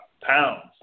pounds